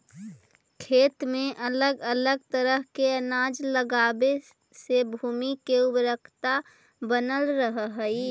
खेत में अलग अलग तरह के अनाज लगावे से भूमि के उर्वरकता बनल रहऽ हइ